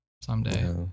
someday